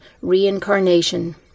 reincarnation